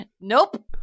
Nope